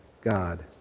God